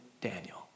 Daniel